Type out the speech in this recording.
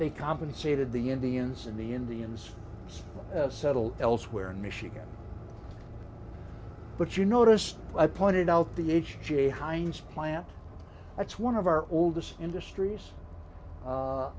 they compensated the indians in the indians settle elsewhere in michigan but you notice i pointed out the age she heinz plant that's one of our oldest industries